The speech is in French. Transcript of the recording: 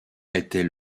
était